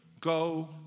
Go